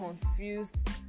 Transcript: confused